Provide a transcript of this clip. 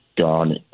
gone